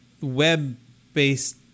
web-based